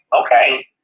okay